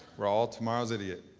we're all tomorrow's idiot,